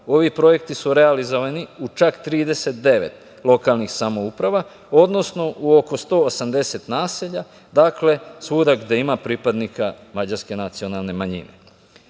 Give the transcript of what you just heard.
ovi projekti su realizovani u čak 39 lokalnih samouprava, odnosno u oko 180 naselja, dakle svuda gde ima pripadnika mađarske nacionalne manjine. Podrška